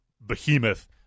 behemoth